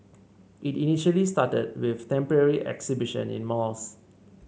it initially started with temporary exhibition in malls